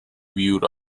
viewed